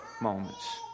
moments